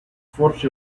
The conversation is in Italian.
forse